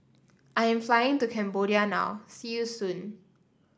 I am flying to Cambodia now see you soon